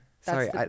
Sorry